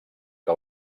que